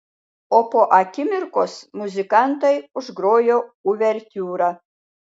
o po akimirkos muzikantai užgrojo uvertiūrą